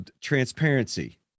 transparency